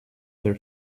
their